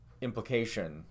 implication